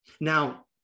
Now